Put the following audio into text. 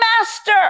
master